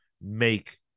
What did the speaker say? make